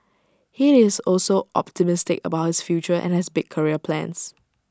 he is also optimistic about his future and has big career plans